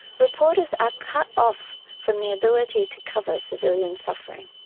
reporters are cut off from the ability to cover civilian suffering,